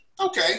okay